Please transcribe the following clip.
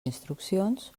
instruccions